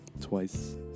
twice